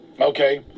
Okay